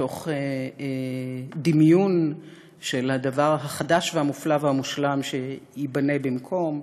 תוך דמיוּן הדבר החדש והמופלא והמושלם שייבנה במקום,